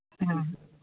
ꯎꯝ